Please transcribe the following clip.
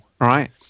right